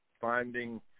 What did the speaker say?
finding